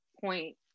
point